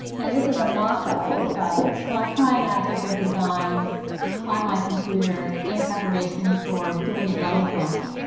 and this is a mockup of the project, so i'm trying out different designs on my computer in preparation for doing it letterpress.